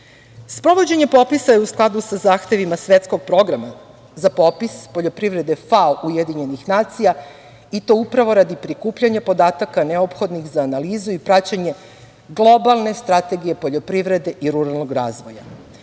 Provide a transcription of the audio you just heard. odgovorno. Sprovođenje popisa je u skladu sa zahtevima svetskog programa. Za popis poljoprivrede FAO Ujedinjenih nacija i to upravo radi prikupljanja podataka neophodnih za analizu i praćenje globalne strategije poljoprivrede i ruralnog razvoja,